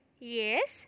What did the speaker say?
Yes